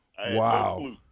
Wow